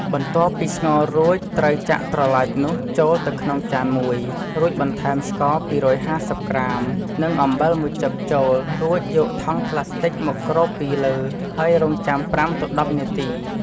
បន្ទាប់ពីស្ងោររួច ត្រូវចាក់ត្រឡាចនោះចូលទៅក្នុងចានមួយ រួចបន្ថែមស្ករ ២៥០ ក្រាម និងអំបិលមួយចឹបចូល រួចយកថង់ប្លាស្ទិចមកគ្របពីលើ ហើយរង់ចាំ ៥ ទៅ ១០ នាទី។